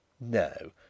No